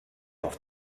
auf